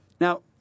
Now